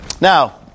now